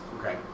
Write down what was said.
Okay